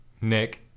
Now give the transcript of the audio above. Nick